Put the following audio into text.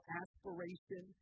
aspiration